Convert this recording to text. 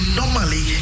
normally